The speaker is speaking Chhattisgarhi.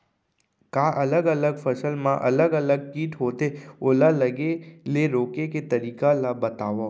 का अलग अलग फसल मा अलग अलग किट होथे, ओला लगे ले रोके के तरीका ला बतावव?